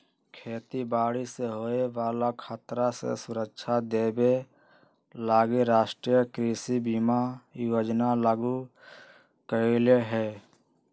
खेती बाड़ी से होय बला खतरा से सुरक्षा देबे लागी राष्ट्रीय कृषि बीमा योजना लागू कएले हइ